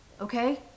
okay